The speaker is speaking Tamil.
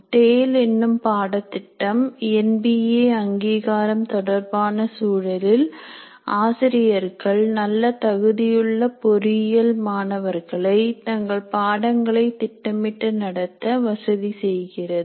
டேல் என்னும் பாடத்திட்டம் என்பிஏ அங்கீகாரம் தொடர்பான சூழலில் ஆசிரியர்கள் நல்ல தகுதியுள்ள பொறியியல் மாணவர்களை தங்கள் பாடங்களை திட்டமிட்டு நடத்த வசதி செய்கிறது